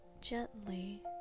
gently